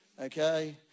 Okay